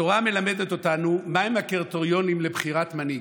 התורה מלמדת אותנו מהם הקריטריונים לבחירת מנהיג.